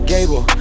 Gable